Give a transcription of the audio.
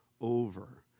over